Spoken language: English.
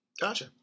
Gotcha